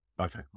Okay